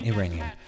Iranian